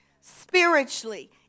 spiritually